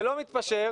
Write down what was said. ולא מתפשר,